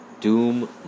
Doom